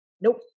Nope